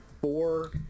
four